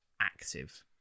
active